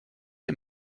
les